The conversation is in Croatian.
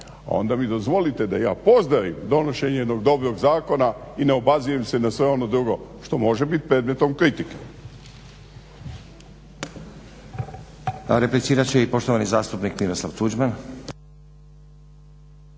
Onda mi dozvolite da ja pozdravim donošenje jednog dobrog zakona i ne obazirem se na sve ono drugo što može biti predmetom kritike.